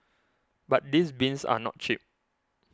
but these bins are not cheap